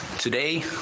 Today